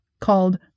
called